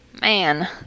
man